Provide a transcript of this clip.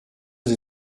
sie